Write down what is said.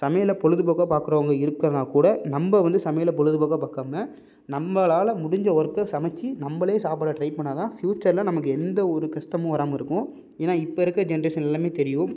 சமையலை பொழுதுப்போக்காக பார்க்குறவங்க இருக்கிறாங்னா கூட நம்ம வந்து சமையலை பொழுதுப்போக்காக பார்க்காம நம்மளால முடிஞ்ச ஒர்க்கை சமைத்து நம்மளே சாப்பிட ட்ரை பண்ணிணா தான் ஃபியூச்சரில் நமக்கு எந்த ஒரு கஷ்டமும் வராமல் இருக்கும் ஏன்னால் இப்போ இருக்க ஜென்ட்ரேஷன் எல்லாமே தெரியும்